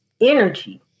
energy